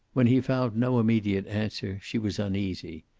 when he found no immediate answer, she was uneasy.